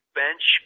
bench